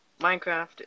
Minecraft